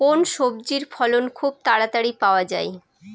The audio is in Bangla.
কোন সবজির ফলন খুব তাড়াতাড়ি পাওয়া যায়?